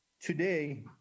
Today